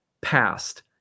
past